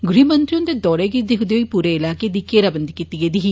गृहमंत्री हुन्दे दौरे गी दिक्खदे होई पूरे इलाकें दी घेराबंदी कीती गेदी ही